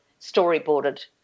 storyboarded